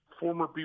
former